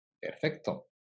Perfecto